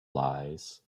lies